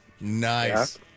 Nice